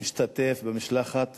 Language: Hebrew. השתתף במשלחת